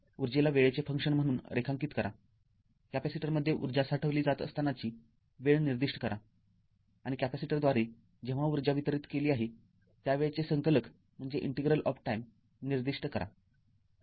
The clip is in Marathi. ऊर्जेला वेळेचे फंक्शन म्हणून रेखांकित कराकॅपेसिटरमध्ये ऊर्जा साठवली जात असतानाची वेळ निर्दिष्ट करा आणि कॅपेसिटरद्वारे जेव्हा ऊर्जा वितरीत केली आहे त्या वेळेचे संकलक निर्दिष्ट करा